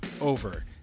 over